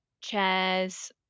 chairs